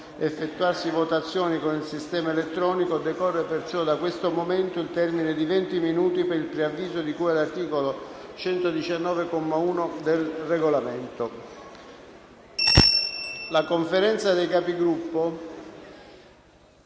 La Conferenza dei Capigruppo